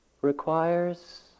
requires